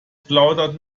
plaudert